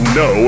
no